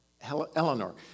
Eleanor